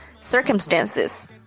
Circumstances